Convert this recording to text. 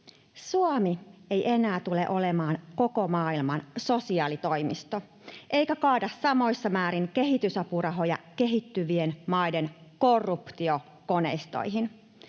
Suomi ei enää tule olemaan koko maailman sosiaalitoimisto eikä kaada samoissa määrin kehitysapurahoja kehittyvien maiden korruptiokoneistoihin.